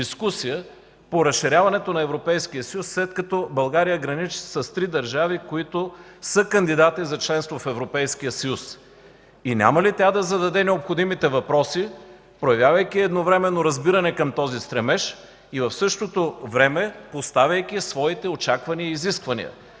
по разширяването на Европейския съюз, след като България граничи с три държави, които са кандидати за членство в Европейския съюз?! Няма ли тя да зададе необходимите въпроси, проявявайки едновременно разбиране към този стремеж и в същото време поставяйки своите очаквания и изисквания?